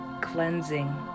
cleansing